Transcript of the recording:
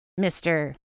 Mr